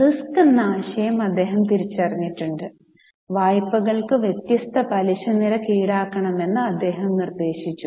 risk എന്ന ആശയം അദ്ദേഹം തിരിച്ചറിഞ്ഞിട്ടുണ്ട് വായ്പകൾക്ക് വ്യത്യസ്ത പലിശ നിരക്ക് ഈടാക്കണമെന്ന് അദ്ദേഹം നിർദ്ദേശിച്ചു